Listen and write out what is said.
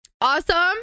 Awesome